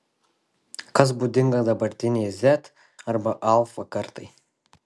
kas būdinga dabartinei z arba alfa kartai